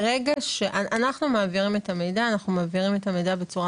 ברגע שאנחנו מעבירים את המידע אנחנו מעבירים את המידע בצורה